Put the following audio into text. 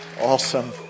Awesome